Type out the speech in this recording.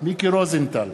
מיקי רוזנטל,